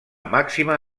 màxima